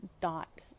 dot